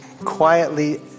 quietly